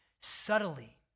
Subtly